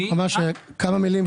המסים.